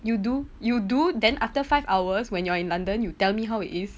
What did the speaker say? you do you do then after five hours when you are in london you tell me how it is